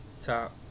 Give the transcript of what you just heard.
top